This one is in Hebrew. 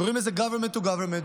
קוראים לזה Government to Government,